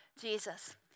Jesus